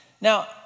Now